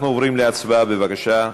אנחנו עוברים להצבעה, בבקשה.